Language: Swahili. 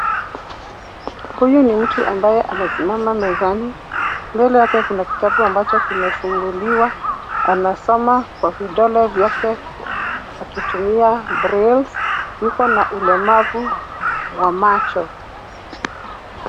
Huyu ni mtu ambaye amesimama mezani. Mbele yake kuna kitabu ambacho kimefunguliwa, anasoma kwa vidole vyake huku akitumia brailles ,yuko na ulemavu wa macho.